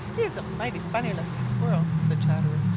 he's a mighty funny looking squirrel, said chatterer,